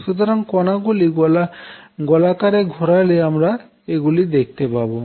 শুধুমাত্র কণাগুলি গোলাকারে ঘোরলে আমরা এগুলি দেখতে পাবো না